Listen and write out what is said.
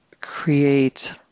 create